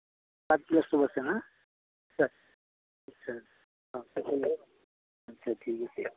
dish glass চব আছে ন আচ্ছা অঁ আচ্ছা ঠিক আছে